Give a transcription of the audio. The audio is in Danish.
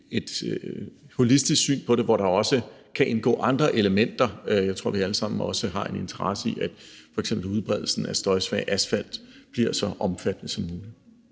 et holistisk syn på det, hvor der også kan indgå andre elementer – jeg tror, vi også alle sammen har en interesse i, at f.eks. udbredelsen af støjsvag asfalt bliver så omfattende som muligt.